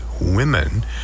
women